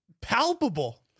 Palpable